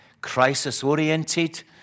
crisis-oriented